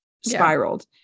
spiraled